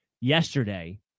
yesterday